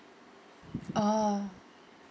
oh